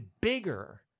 bigger